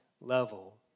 level